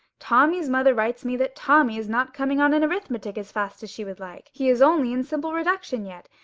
tommy's mother writes me that tommy is not coming on in arithmetic as fast as she would like. he is only in simple reduction yet,